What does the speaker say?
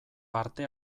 parte